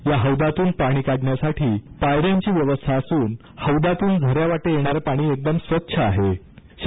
या हौदातून पाणी काढण्यासाठी पायऱ्यांची व्यवस्था असून हौदात झऱ्यावाटे येणारे पाणी एकदम स्वच्छ असे आहे